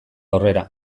aurrera